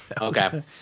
Okay